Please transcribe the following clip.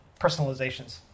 personalizations